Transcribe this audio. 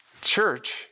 church